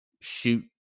shoot